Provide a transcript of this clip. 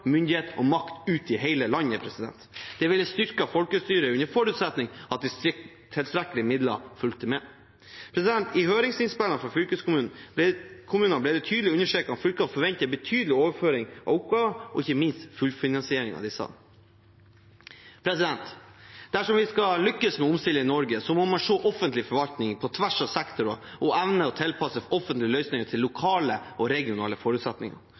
myndighet og makt ut i hele landet. Det ville styrket folkestyret, under forutsetning av at tilstrekkelige midler fulgte med. I høringsinnspill fra fylkeskommunene ble det tydelig understreket at fylkene forventer en betydelig overføring av oppgaver, og ikke minst full finansiering av disse. Dersom vi skal lykkes med å omstille Norge, må man se offentlig forvaltning på tvers av sektorer og evne å tilpasse offentlige løsninger til de lokale og regionale